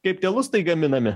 kaip tie lustai gaminami